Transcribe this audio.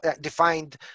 defined